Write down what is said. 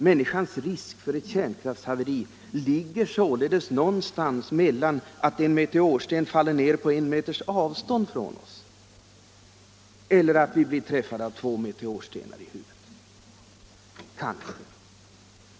Människans risk för ett kärnkraftshaveri ligger således någonstans mellan att en meteorsten faller ner på en meters avstånd från oss och att vi blir träffade av två meteorstenar i huvudet — kanske.